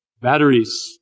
batteries